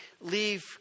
leave